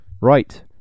right